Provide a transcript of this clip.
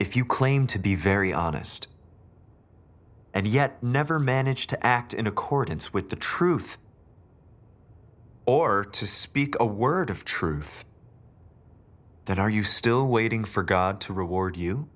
if you claim to be very honest and yet never manage to act in accordance with the truth or to speak a word of truth that are you still waiting for god to reward you